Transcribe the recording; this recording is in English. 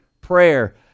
prayer